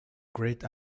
great